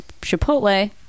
Chipotle